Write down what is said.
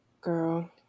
Girl